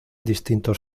distintos